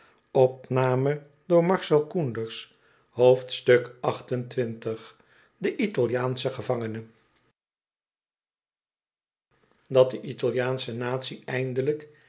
de italiaans ci ie gevangene dat de italiaansche natie eindelijk